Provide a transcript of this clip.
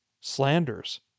slanders